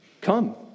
Come